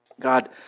God